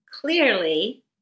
clearly